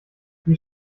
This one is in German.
wie